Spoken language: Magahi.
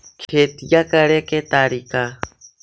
खेतिया करेके के तारिका?